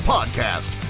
Podcast